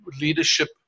leadership